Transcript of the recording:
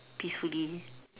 peacefully